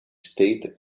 state